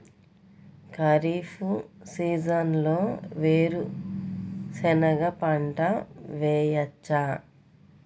ఖరీఫ్ సీజన్లో వేరు శెనగ పంట వేయచ్చా?